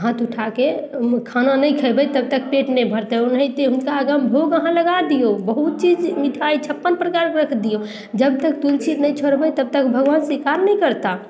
हाथ उठाके खाना नहि खेबय तब तक पेट नहि भरतै ओनाहिते हुनका आगाँमे भोग अहाँ लगा दियौ बहुत चीज मिठाइ छप्पन प्रकारके राखि दियौ जब तक तुलसी नहि छोड़बै तब तक भगवान स्वीकार नहि करता